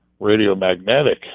radiomagnetic